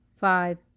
five